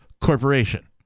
corporation